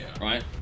right